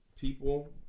people